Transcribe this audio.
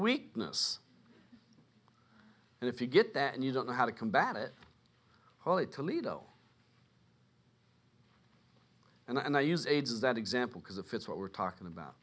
weakness and if you get that and you don't know how to combat it holy toledo and i use aids that example because it fits what we're talking about